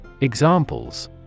Examples